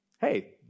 Hey